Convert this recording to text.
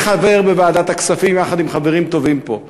אני חבר בוועדת הכספים, יחד עם חברים טובים פה.